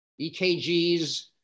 EKGs